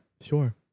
Sure